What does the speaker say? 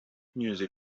music